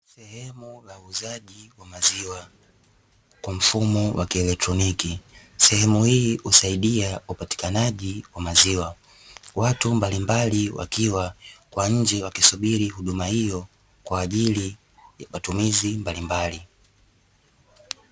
Sehemu ya uuzaji wa maziwa kwa mfumo wa kielektroniki, sehemu hii husaidia upatikanaji wa maziwa, watu mbalimbali wakiwa kwa nje wakisubiri huduma hiyo kwajili ya matumizi mbalimbali.